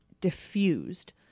diffused